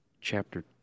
chapter